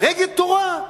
כנגד תורה?